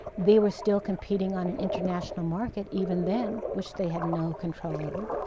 they were still competing on an international market even then, which they had no control over.